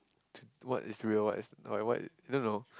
what is real what is wha~ what I don't know